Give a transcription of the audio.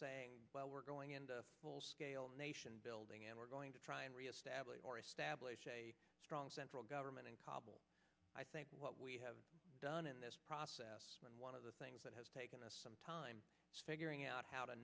saying well we're going into nation building and we're going to try and reestablish or establish a strong central government in kabul i think what we have done in this process and one of the things that has taken us some time figuring out how to